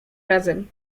razem